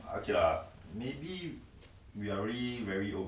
spike right